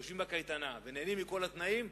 יושבים בקייטנה ונהנים מכל התנאים,